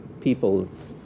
people's